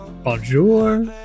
Bonjour